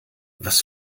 was